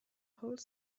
whole